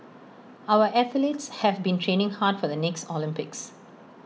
our athletes have been training hard for the next Olympics